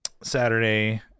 Saturday